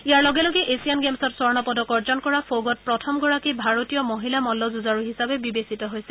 ইয়াৰ লগে লগে এছিয়ান গেমছত স্বৰ্ণ পদক অৰ্জন কৰা ফৌগত প্ৰথমগৰাকী ভাৰতীয় মহিলা মন্নযুঁজাৰু হিচাপে বিবেচিত হৈছে